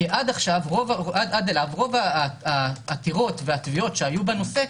כי עד אז רוב העתירות והתביעות שהיו בנושא,